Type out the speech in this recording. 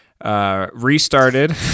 restarted